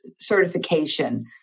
certification